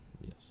yes